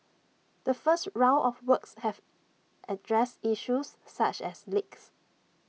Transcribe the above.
the first round of works have addressed issues such as leaks